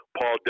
Paul